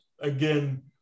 again